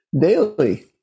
daily